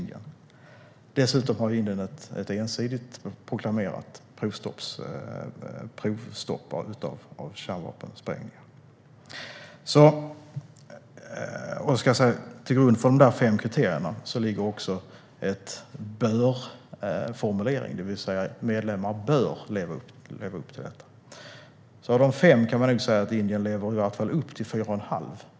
Dessutom har Indien ett ensidigt proklamerat stopp för provsprängningar av kärnvapen. Till grund för dessa fem kriterier ligger också en bör-formulering - det vill säga att medlemmar bör leva upp till detta. Av dessa fem krav kan man säga att Indien åtminstone lever upp till fyra och ett halvt.